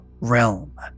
realm